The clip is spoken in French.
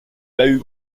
bahut